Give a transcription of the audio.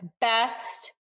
best